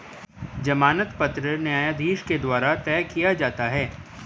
जमानत पत्र न्यायाधीश के द्वारा तय किया जाता है